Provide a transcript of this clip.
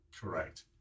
Correct